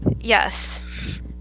yes